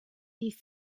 die